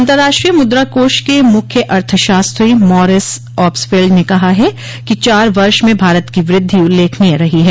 अंतर्राष्ट्रीय मुद्रा कोष के मुख्य अर्थशास्त्री मॉरिस ऑब्सफेल्ड ने कहा है कि चार वर्ष में भारत की वृद्धि उल्लेखनीय रही है